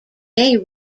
may